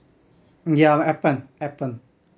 yeah appen appen